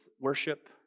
worship